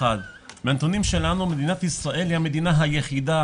מהנתונים שלנו מדינת ישראל היא המדינה היחידה